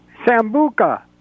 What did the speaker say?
Sambuca